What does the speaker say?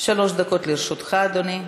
שלוש דקות לרשותך, אדוני.